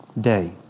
day